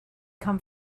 come